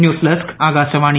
news desk Akashvani